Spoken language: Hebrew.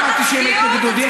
אתה תגיד לי על מה להזדעק?